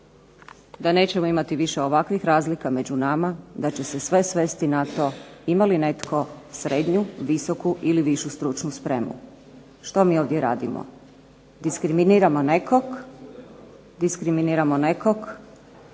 da nećemo imati više ovakvih razlika među nama, da će se sve svesti na to ima li netko srednju, visoku ili višu stručnu spremu. Što mi ovdje radimo, diskriminiramo nekog samo na